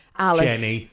Alice